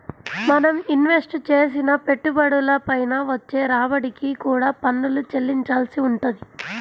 మనం ఇన్వెస్ట్ చేసిన పెట్టుబడుల పైన వచ్చే రాబడికి కూడా పన్నులు చెల్లించాల్సి వుంటది